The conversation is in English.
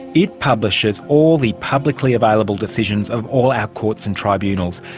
it publishes all the publicly available decisions of all our courts and tribunals,